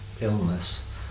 illness